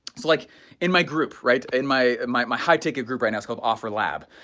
it's like in my group, right, in my my high ticket group right now is called offer lab,